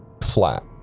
flat